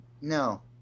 No